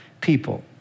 people